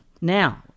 Now